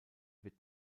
wird